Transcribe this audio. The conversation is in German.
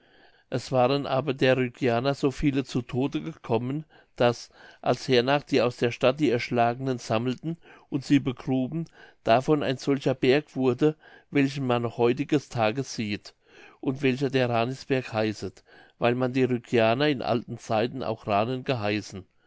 es waren aber der rügianer so viele zu tode gekommen daß als hernach die aus der stadt die erschlagenen sammelten und sie begruben davon ein solcher berg wurde welchen man noch heutiges tages sieht und welcher der ranisberg heißet weil man die rügianer in alten zeiten auch ranen geheißen